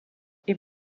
est